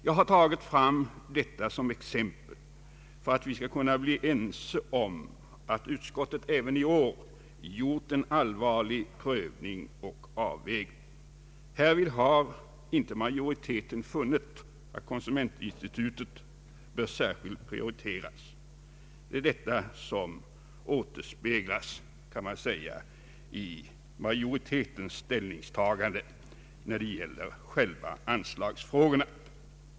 Jag har tagit fram dessa exempel för att vi skall kunna bli ense om att utskottet även i år gjort en allvarlig prövning och avvägning. Härvid har majoriteten inte funnit att konsumentin stitutet bör prioriteras särskilt. Detta återspeglas i majoritetens ställningstagande när det gäller själva anslagsfrågorna.